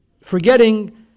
forgetting